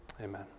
Amen